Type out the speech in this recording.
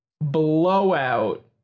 blowout